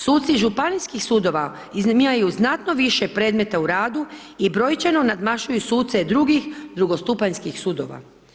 Suci županijskih sudova imaju znatno više predmeta u radu i brojčano nadmašuju suce drugih drugostupanjskih sudova.